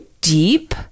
deep